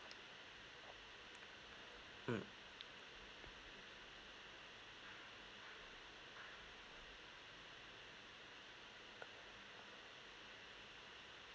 mm